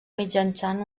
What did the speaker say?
mitjançant